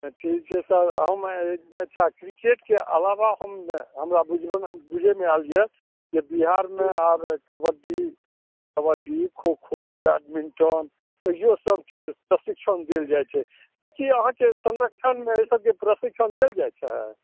ठीक छै सर हम अच्छा क्रिकेटके अलावा हम हमरा बुझैमे आयल यऽ जे बिहारमे कबड्डी खोखो बैडमिण्टन इहो सभके प्रशिक्षण देल जाइ छै तऽ कि अहाँकेँ संरक्षणमे ई सब प्रशिक्षण देल जाइ छै